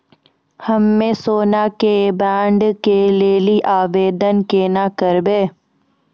हम्मे सोना के बॉन्ड के लेली आवेदन केना करबै?